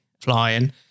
flying